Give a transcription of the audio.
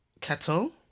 kettle